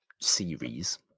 series